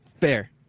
Fair